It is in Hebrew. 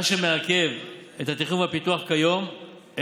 מה שמעכב את התכנון והפיתוח כיום זה